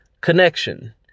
connection